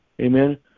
amen